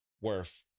worth